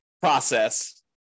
process